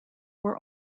were